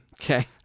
Okay